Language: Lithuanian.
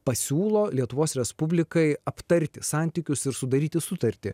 pasiūlo lietuvos respublikai aptarti santykius ir sudaryti sutartį